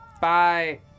Bye